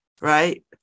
right